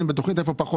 אז קחו